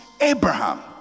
Abraham